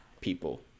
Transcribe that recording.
people